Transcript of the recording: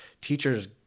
teachers